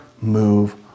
move